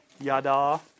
Yada